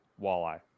walleye